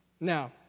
Now